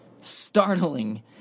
Startling